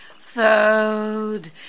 Food